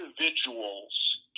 individuals